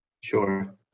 Sure